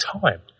time